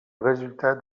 résultat